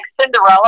Cinderella